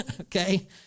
okay